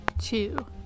two